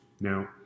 now